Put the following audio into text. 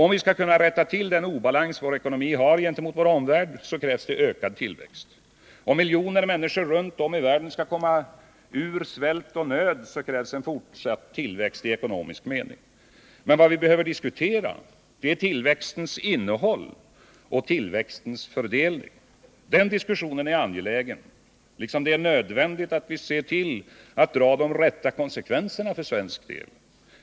Om vi skall kunna rätta till den obalans vår ekonomi har gentemot vår omvärld så krävs en ökad tillväxt. Om miljoner människor runt om i världen skall komma ur svält och nöd krävs en fortsatt tillväxt i ekonomisk mening. Men vad vi behöver diskutera är tillväxtens innehåll och fördelning. Den diskussionen är angelägen, liksom det är nödvändigt att vi ser till att dra de rätta konsekvenserna för svensk del.